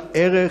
אגב,